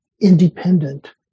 independent